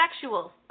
sexual